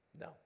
No